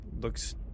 looks